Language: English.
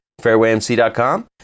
fairwaymc.com